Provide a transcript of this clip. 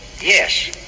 Yes